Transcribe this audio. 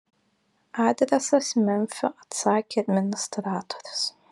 adresas memfio atsakė administratorius